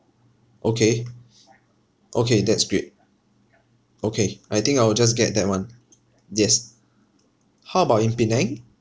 okay okay that's great okay I think I will just get that [one] yes how about in penang